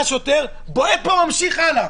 בועט בו וממשיך הלאה.